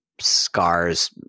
Scar's